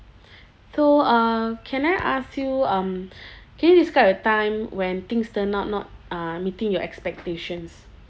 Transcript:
so uh can I ask you um can you describe a time when things turn out not uh meeting your expectations